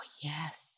yes